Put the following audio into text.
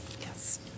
Yes